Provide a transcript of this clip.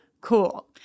Cool